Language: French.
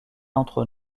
entre